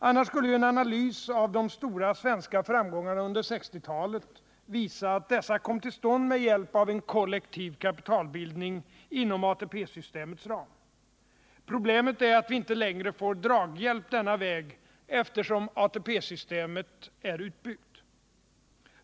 Annars skulle ju en analys av de stora svenska framgångarna under 1960 talet visa att dessa kom till stånd med hjälp av en kollektiv kapitalbildning inom ATP-systemets ram. Problemet är att vi inte längre får draghjälp denna väg, eftersom ATP-systemet är utbyggt.